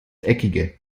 eckige